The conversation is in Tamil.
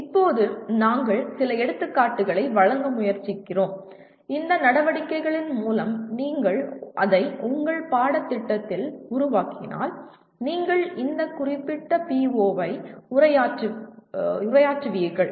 இப்போது நாங்கள் சில எடுத்துக்காட்டுகளை வழங்க முயற்சிக்கிறோம் இந்த நடவடிக்கைகளின் மூலம் நீங்கள் அதை உங்கள் பாடத்திட்டத்தில் உருவாக்கினால் நீங்கள் இந்த குறிப்பிட்ட PO ஐ உரையாற்றுவீர்கள்